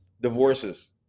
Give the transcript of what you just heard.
divorces